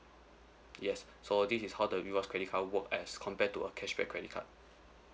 yes so this is how the rewards credit card work as compared to a cashback credit card